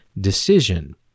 decision